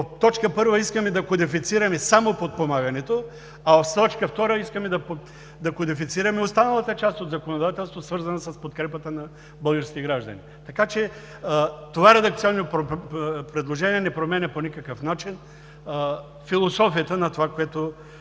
че в т. 1 искаме да кодифицираме само подпомагането, а в т. 2 искаме да кодифицираме останалата част от законодателството, свързана с подкрепата на българските граждани. Така че това редакционно предложение не променя по никакъв начин философията на това, което